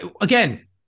Again